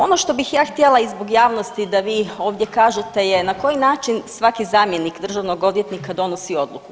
Ono što bih ja htjela i zbog javnosti da vi ovdje kažete je na koji način svaki zamjenik državnog odvjetnika donosi odluku?